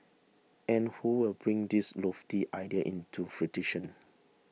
and who will bring these lofty ideas into fruition